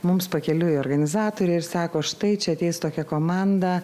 mums pakeliui organizatoriai ir sako štai čia ateis tokia komanda